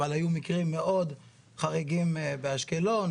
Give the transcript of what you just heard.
אבל היו מקרים מאוד חריגים באשקלון,